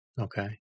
Okay